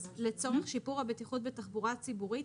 אז לצורך השיפור בתחבורה ציבורית,